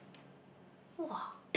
!wah!